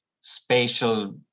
spatial